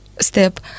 step